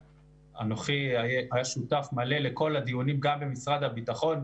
אנוכי היה שותף מלא לכל הדיונים גם במשרד הביטחון,